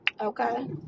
Okay